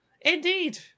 Indeed